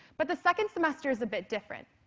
but the second semester is a bit different.